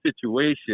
situation